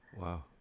Wow